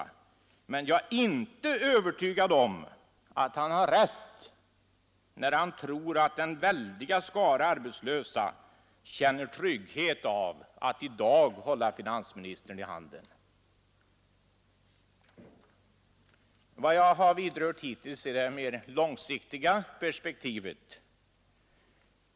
Men jag är inte övertygad om att han har rätt när han tror, att den väldiga skaran arbetslösa känner trygghet av att hålla finansministern i handen. Vad jag hittills vidrört är de långsiktiga problemen.